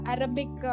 Arabic